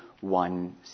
one